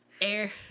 air